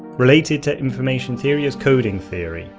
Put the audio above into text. related to information theory is coding theory.